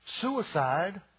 suicide